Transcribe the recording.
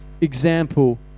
example